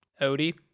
Odie